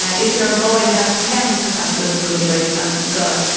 ah if you are a boy you have ten percent lower school grades than girls,